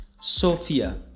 Sophia